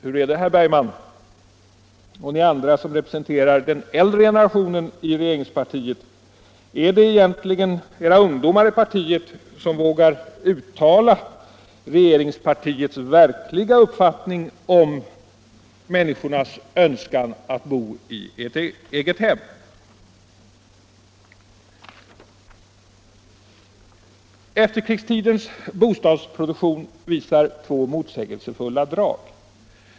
Hur är det, herr Bergman och ni andra som representerar den äldre generationen i regeringspartiet, är det egentligen era ungdomar i partiet som vågar uttala regeringspartiets verkliga uppfattning om människornas önskan att bo i ett egethem? Efterkrigstidens bostadsproduktion uppvisar två motsägelsefulla drag.